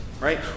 right